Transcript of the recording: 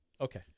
Okay